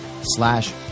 slash